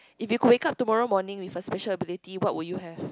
if you could wake up tomorrow morning with a special ability what would you have